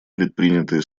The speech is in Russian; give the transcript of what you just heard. предпринятые